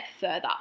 further